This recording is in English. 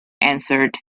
answered